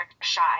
shy